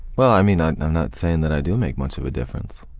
well, i'm you know not saying that i do make much of a difference,